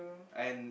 and